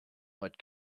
but